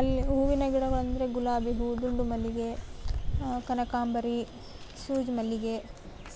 ಅಲ್ಲಿ ಹೂವಿನ ಗಿಡಗಳೆಂದರೆ ಗುಲಾಬಿ ಹೂವು ದುಂಡು ಮಲ್ಲಿಗೆ ಕನಕಾಂಬರಿ ಸೂಜಿ ಮಲ್ಲಿಗೆ